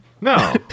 no